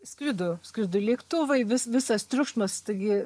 skrido skrido lėktuvai vis visas triukšmas taigi